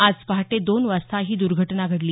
आज पहाटे दोन वाजता ही दुर्घटना घडली